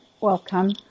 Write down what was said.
welcome